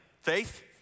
Faith